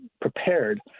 prepared